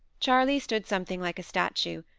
charles stood something like a statue,